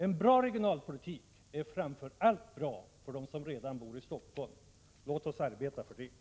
En bra regionalpolitik är framför allt bra för dem som redan bor i Stockholm. Låt oss arbeta för detta.